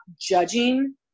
judging